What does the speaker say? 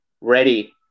ready